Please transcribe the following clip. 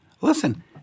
Listen